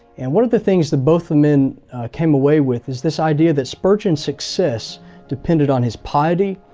and one of the things that both men came away with is this idea that spurgeon success depended on his piety,